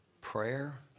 Prayer